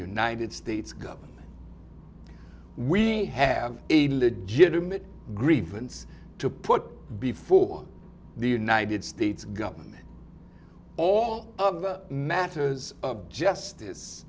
united states government we have a legitimate grievance to put before the united states government all of the matters of justice